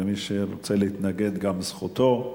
מי שרוצה להתנגד, גם זכותו.